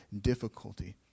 difficulty